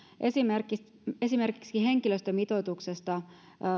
esimerkiksi esimerkiksi henkilöstömitoituksesta